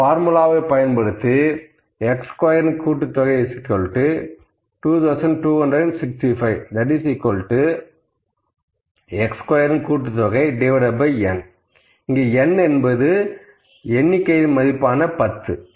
இந்த பார்முலாவை பயன்படுத்தி x ஸ்கொயர் கூட்டுத்தொகை 2265 x ஸ்கொயரின் கூட்டுத்தொகைn n என்பது 10